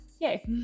Yay